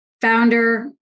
founder